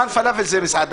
לייצר סוכה משותפת ולשבת